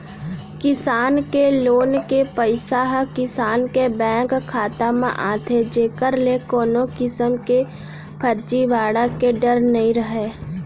किसान के लोन के पइसा ह किसान के बेंक खाता म आथे जेकर ले कोनो किसम के फरजीवाड़ा के डर नइ रहय